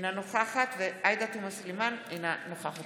אינה נוכחת עאידה תומא סלימאן, אינה נוכחת